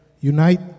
Unite